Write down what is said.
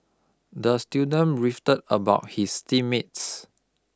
the student beefed about his team mates